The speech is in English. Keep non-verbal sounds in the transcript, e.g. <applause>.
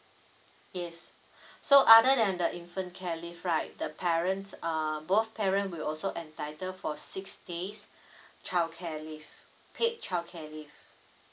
yes <breath> so other than the infant care leave right the parents uh both parent will also entitle for six days childcare leave paid childcare leave